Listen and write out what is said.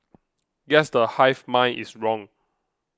guess the hive mind is wrong